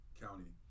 county